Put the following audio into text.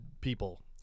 people